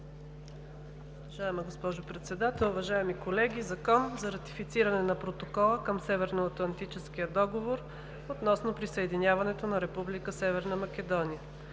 Уважаема госпожо Председател, уважаеми колеги! „ЗАКОН за ратифициране на Протокола към Северноатлантическия договор относно присъединяването на Република